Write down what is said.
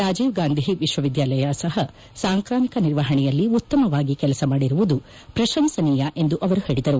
ರಾಜೀವ್ ಗಾಂಧಿ ವಿಶ್ವವಿದ್ಯಾಲಯ ಸಹ ಸಾಂಕ್ರಾಮಿಕ ನಿರ್ವಹಣೆಯಲ್ಲಿ ಉತ್ತಮವಾಗಿ ಕೆಲಸ ಮಾಡಿರುವುದು ಪ್ರಶಂಸನೀಯ ಎಂದು ಅವರು ಹೇಳದರು